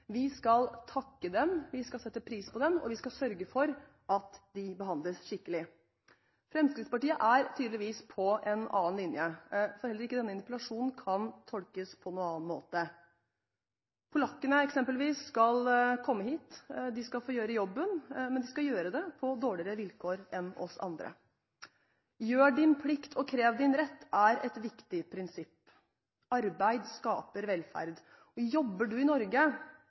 Vi skal takke dem, vi skal sette pris på dem, og vi skal sørge for at de behandles skikkelig. Fremskrittspartiet er tydeligvis på en annen linje, for interpellasjonen kan ikke tolkes på noen annen måte. Polakkene, eksempelvis, skal komme hit, de skal få gjøre jobben, men de skal gjøre det med dårligere vilkår enn oss andre. «Gjør din plikt og krev din rett» er et viktig prinsipp. Arbeid skaper velferd. Jobber man i Norge